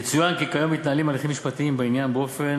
יצוין כי כיום מתנהלים הליכים משפטיים בעניין אופן